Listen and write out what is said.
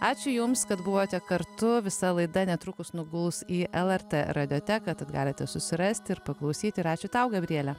ačiū jums kad buvote kartu visa laida netrukus nuguls į lrt radijo teka tad galite susirasti ir paklausyti ir ačiū tau gabriele